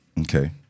Okay